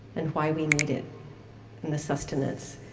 and why we need it and the sustenance.